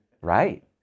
Right